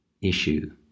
issue